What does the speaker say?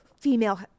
female